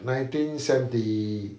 nineteen seventy